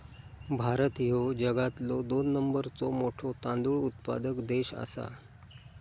भारत ह्यो जगातलो दोन नंबरचो मोठो तांदूळ उत्पादक देश आसा